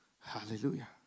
Hallelujah